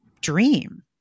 dream